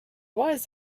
was